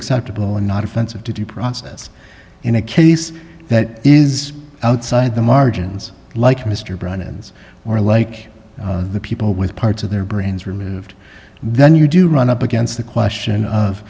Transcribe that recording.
acceptable and not offensive to due process in a case that is outside the margins like mr brown and more like the people with parts of their brains removed then you do run up against the question of